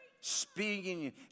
speaking